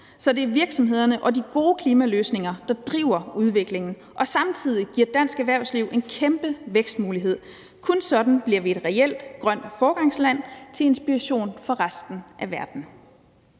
så det er virksomhederne og de gode klimaløsninger, der driver udviklingen og samtidig giver dansk erhvervsliv en kæmpe vækstmulighed. Kun sådan bliver vi et reelt grønt foregangsland til inspiration for resten af verden.